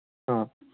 ꯑꯥ